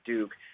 Duke